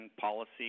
policy